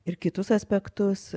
ir kitus aspektus